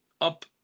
up